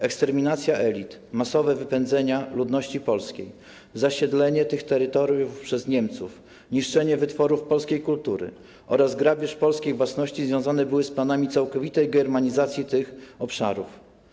Eksterminacja elit, masowe wypędzenia ludności polskiej, zasiedlenie tych terytoriów przez Niemców, niszczenie wytworów polskiej kultury oraz grabież polskiej własności związane były z planami całkowitej germanizacji tych obszarów.